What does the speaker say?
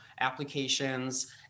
applications